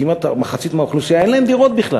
כמעט מחצית מהאוכלוסייה אין להם דירות בכלל,